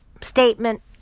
statement